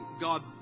God